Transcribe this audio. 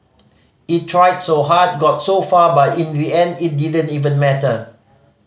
it tried so hard got so far but in the end it didn't even matter